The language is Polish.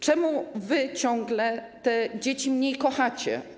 Czemu ciągle te dzieci mniej kochacie?